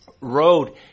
road